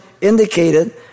indicated